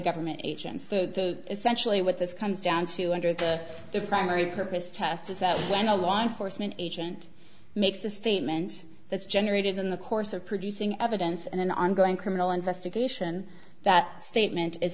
government agents that essentially what this comes down to under the if i marry purpose test is that when a law enforcement agent makes a statement that's generated in the course of producing evidence in an ongoing criminal investigation that statement is